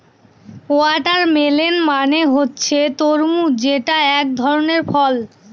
watermelon মানে হচ্ছে তরমুজ যেটা এক ধরনের ফল